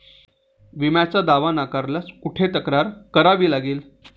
विम्याचा दावा नाकारल्यास कुठे तक्रार करावी लागेल?